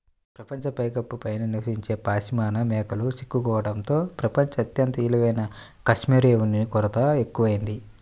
ప్రపంచ పైకప్పు పై నివసించే పాష్మినా మేకలు చిక్కుకోవడంతో ప్రపంచం అత్యంత విలువైన కష్మెరె ఉన్ని కొరత ఎక్కువయింది